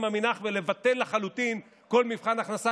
עמינח ולבטל לחלוטין כל מבחן הכנסה,